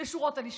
לשורות הלשכה.